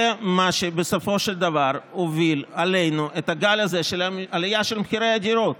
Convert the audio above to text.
זה מה שבסופו של דבר הביא עלינו את הגל הזה של עלייה של מחירי הדירות.